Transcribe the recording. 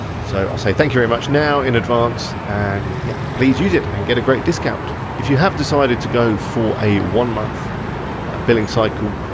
so i'll say thank you very much now, in advance, and yeah, please use it and get a great discount. if you have decided to go for a one month billing cycle,